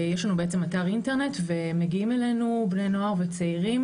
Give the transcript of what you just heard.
יש לנו בעצם אתר אינטרנט ומגיעים אלינו בני נוער וצעירים